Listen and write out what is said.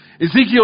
Ezekiel